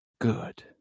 Good